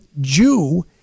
jew